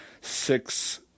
six